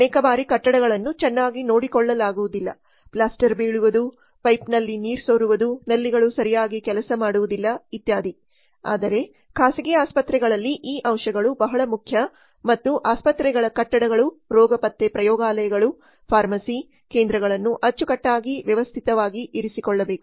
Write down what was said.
ಅನೇಕ ಬಾರಿ ಕಟ್ಟಡಗಳನ್ನು ಚೆನ್ನಾಗಿ ನೋಡಿಕೊಳ್ಳಲಾಗುವುದಿಲ್ಲ ಪ್ಲಾಸ್ಟರ್ ಬೀಳುವುದು ಪೈಪ್ನಲ್ಲಿ ನೀರು ಸೋರುವುದು ನಲ್ಲಿಗಳು ಸರಿಯಾಗಿ ಕೆಲಸ ಮಾಡುವುದಿಲ್ಲ ಇತ್ಯಾದಿ ಆದರೆ ಖಾಸಗಿ ಆಸ್ಪತ್ರೆಗಳಲ್ಲಿ ಈ ಅಂಶಗಳು ಬಹಳ ಮುಖ್ಯ ಮತ್ತು ಆಸ್ಪತ್ರೆಗಳ ಕಟ್ಟಡಗಳು ರೋಗ ಪತ್ತೆ ಪ್ರಯೋಗಾಲಯಗಳು ಫಾರ್ಮಸಿ ಕೇಂದ್ರಗಳನ್ನು ಅಚ್ಚುಕಟ್ಟಾಗಿ ವ್ಯವಸ್ಥಿತವಾಗಿ ಇರಿಸಿಕೊಳ್ಳಬೇಕು